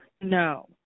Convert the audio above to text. No